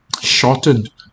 shortened